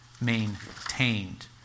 maintained